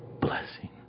blessing